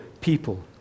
people